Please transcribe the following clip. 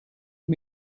had